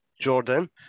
Jordan